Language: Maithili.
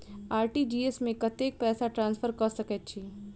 आर.टी.जी.एस मे कतेक पैसा ट्रान्सफर कऽ सकैत छी?